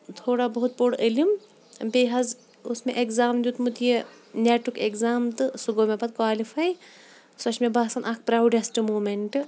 تھوڑا بہت پوٚر علم بیٚیہِ حظ اوس مےٚ اٮ۪کزام دیُتمُت یہِ نٮ۪ٹُک اٮ۪کزام تہٕ سُہ گوٚو مےٚ پَتہٕ کالِفَے سۄ چھِ مےٚ باسان اَکھ پرٛاوڈٮ۪سٹ موٗمٮ۪نٛٹ